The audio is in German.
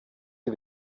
die